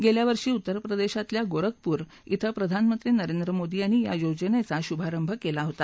गेल्यावर्षी उत्तर प्रदेशातल्या गोरखपूर कें प्रधानमंत्री नरेंद्र मोदी यांनी या योजनांचा शुभारंभ केला होता